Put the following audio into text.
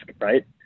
right